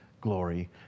glory